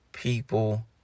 people